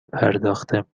پرداخت